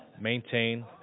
maintain